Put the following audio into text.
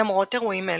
למרות אירועים אלו,